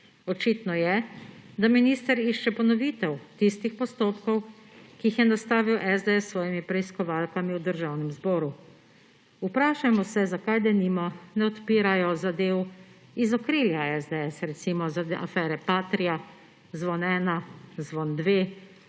Očitno je, da minister išče ponovitev tistih postopkov, ki jih je nastavil SDS s svojimi preiskovalkami v Državnem zboru. Vprašajmo se, zakaj denimo ne odpirajo zadev iz okrilja SDS, recimo iz afere Patria, Zvon ena, Zvon dve,